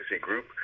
group